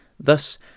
Thus